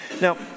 Now